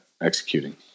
executing